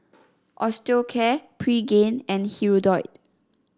Osteocare Pregain and Hirudoid